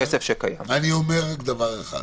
אני רק אומר דבר אחד.